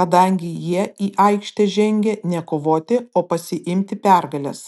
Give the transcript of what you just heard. kadangi jie į aikštę žengė ne kovoti o pasiimti pergalės